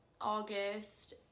August